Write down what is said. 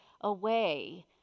away